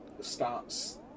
starts